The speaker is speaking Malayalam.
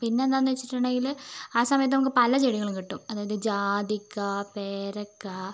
പിന്നെ എന്താന്ന് വെച്ചിട്ടുണ്ടെങ്കില് ആ സമയത്ത് നമുക്ക് പല ചെടികളും കിട്ടും അതായത് ജാതിക്ക പേരയ്ക്ക